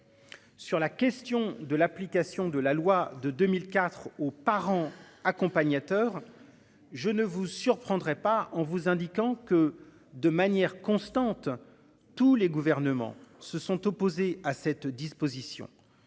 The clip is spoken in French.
Sur la question de l'application de la loi de 2004 aux parents accompagnateurs. Je ne vous surprendrai pas en vous indiquant que de manière constante. Tous les gouvernements se sont opposés à cette disposition.